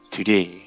Today